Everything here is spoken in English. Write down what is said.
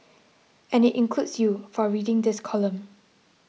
and it includes you for reading this column